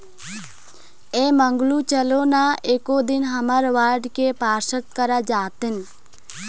ऐ मंगलू चलो ना एको दिन हमर वार्ड के पार्षद करा जातेन